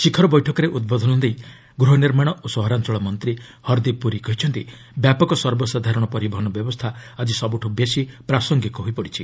ଶିଖର ବୈଠକରେ ଉଦ୍ବୋଧନ ଦେଇ ଗୃହନିର୍ମାଣ ଓ ସହରାଞ୍ଚଳ ମନ୍ତ୍ରୀ ହର୍ଦୀପ୍ ପୁରୀ କହିଛନ୍ତି ବ୍ୟାପକ ସର୍ବସାଧାରଣ ପରିବହନ ବ୍ୟବସ୍ଥା ଆଜି ସବୁଠୁ ବେଶି ପ୍ରାସଙ୍ଗିକ ହୋଇପଡ଼ିଛି